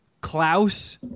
Klaus